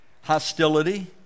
hostility